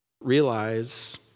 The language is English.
realize